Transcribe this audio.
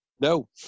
No